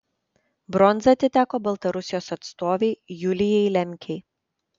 bronza atiteko baltarusijos atstovei julijai lemkei